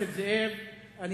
זה לא המקסימום שאתה מסוגל לו.